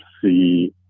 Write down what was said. see